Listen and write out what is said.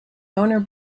owner